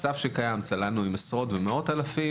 מצב שקיים צללנו עם עשרות ומאות אלפים